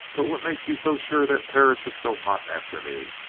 but what makes you so sure that perris is so hot after me.